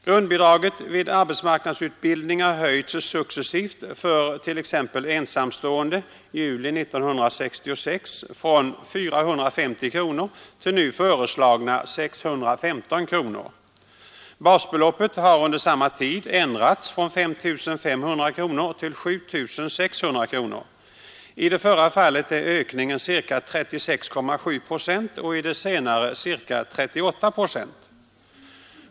Grundbidraget vid arbetsmarknadsutbildning har höjts successivt, t.ex. för ensamstående — i juli 1966 — från 450 kronor till nu föreslagna 615 kronor. Basbeloppet har under samma tid ändrats från 5 500 kronor till 7 600 kronor. I det förra fallet är ökningen ca 36,7 procent och i det senare ca 38 procent.